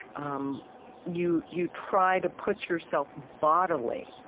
um you you try to put yourself, bodily,